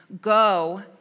Go